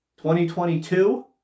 2022